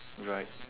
right